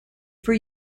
for